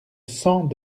sang